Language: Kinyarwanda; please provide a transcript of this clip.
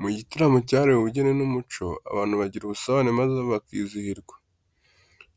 Mu gitaramo cyahariwe ubugeni n'umuco, abantu bagira ubusabane maze bakizihirwa.